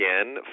again